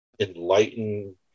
enlightened